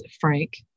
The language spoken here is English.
Frank